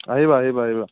আহিবা আহিবা আহিবা